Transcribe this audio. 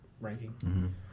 ranking